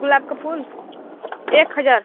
गुलाब का फूल एक हजार